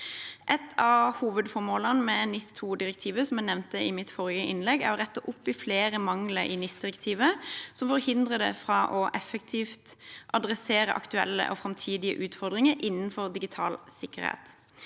Et av hovedformålene med NIS2-direktivet er – som jeg nevnte i mitt forrige innlegg – å rette opp i flere mangler i NIS-direktivet som forhindrer det fra effektivt å adressere aktuelle og framtidige utfordringer innenfor digital sikkerhet.